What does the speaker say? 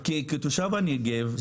אני פונה אליך כתושב הנגב.